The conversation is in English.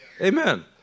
Amen